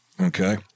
Okay